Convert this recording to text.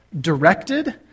directed